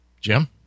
Jim